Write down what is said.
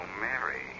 Mary